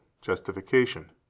justification